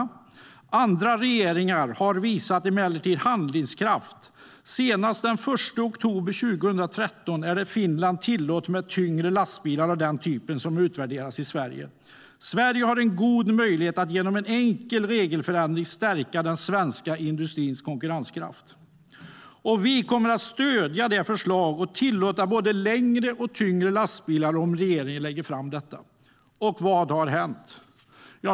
De skrev: Andra regeringar har emellertid visat handlingskraft. Senast den 1 oktober 2013 blev det tillåtet i Finland med tyngre lastbilar av den typ som utvärderas i Sverige. Sverige har en god möjlighet att genom en enkel regelförändring stärka den svenska industrins konkurrenskraft. Vi kommer att stödja detta förslag och tillåta både längre och tyngre lastbilar om regeringen lägger fram detta. Vad har hänt?